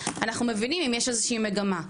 אנחנו מבינים שיש איזושהי מגמה.